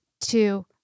two